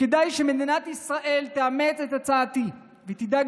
כדאי שמדינת ישראל תאמץ את הצעתי ותדאג